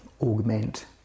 augment